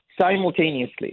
simultaneously